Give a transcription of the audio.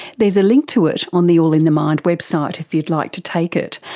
there's a link to it on the all in the mind website if you'd like to take it,